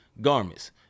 garments